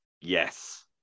Yes